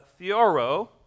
theoro